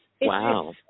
Wow